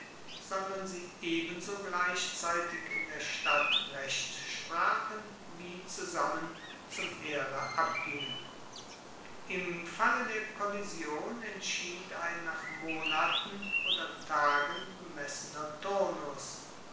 sondern sie ebenso gleichzeitig in der stadt recht sprachen wie zusammen zum heere abgingen im falle der kollision entschied ein nach monaten oder tagen bemessener turnus